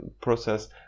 process